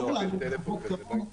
הטלפון.